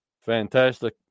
Fantastic